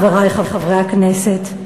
חברי חברי הכנסת,